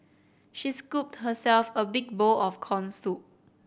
she scooped herself a big bowl of corn soup